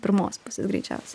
pirmos pusės greičiausiai